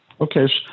Okay